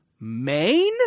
Maine